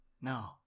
No